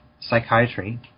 psychiatry